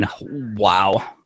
Wow